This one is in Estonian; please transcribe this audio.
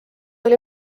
oli